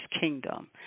Kingdom